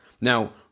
Now